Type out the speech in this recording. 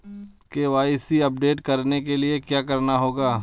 KYC update करने के लिए क्या करना होगा?